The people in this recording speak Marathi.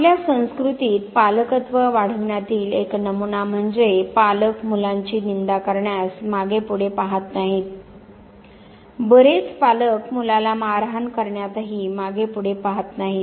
आपल्या संस्कृतीत पालकत्व वाढविण्यातील एक नमुना म्हणजे पालक मुलांची निंदा करण्यास मागेपुढे पाहत नाहीत बरेच पालक मुलाला मारहाण करण्यातही मागेपुढे पाहत नाहीत